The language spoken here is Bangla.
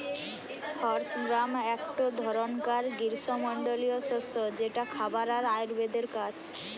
হর্স গ্রাম একটো ধরণকার গ্রীস্মমন্ডলীয় শস্য যেটা খাবার আর আয়ুর্বেদের কাজ